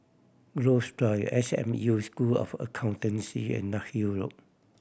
Groves Drive S M U School of Accountancy and Larkhill Road